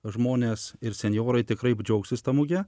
žmonės ir senjorai tikrai džiaugsis ta mugė